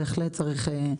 בהחלט צריך,